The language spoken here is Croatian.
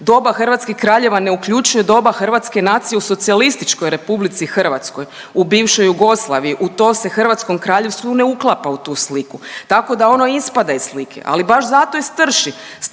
Doba hrvatskih kraljeva ne uključuje doba hrvatske nacije u socijalističkoj Republici Hrvatskoj, u bivšoj Jugoslaviji. U to se hrvatskom kraljevstvu ne uklapa u tu sliku. Tako da ono ispada iz slike ali baš zato i strši.